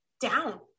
down